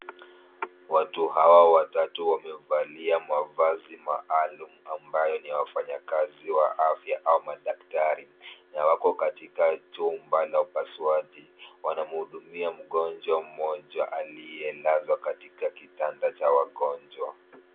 Watu hawa watatu wamevalia mavazi maalum, ambayo ni wafanyakazi wa afya au madaktari, na wako katika chumba la upasuaji. Wanamuhudumia mgonjwa mmoja, aliye lazwa katika kitanda cha wagonjwa.